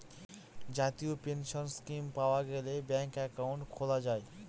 জাতীয় pension scheme পাওয়া গেলে ব্যাঙ্কে একাউন্ট খোলা যায়